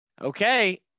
Okay